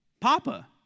Papa